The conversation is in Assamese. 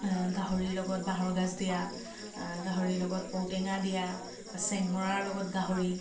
গাহৰিৰ লগত বাঁহৰ গাজ দিয়া গাহৰিৰ লগত ঔটেঙা দিয়া চেংমৰাৰ লগত গাহৰি